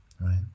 right